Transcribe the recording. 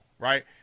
Right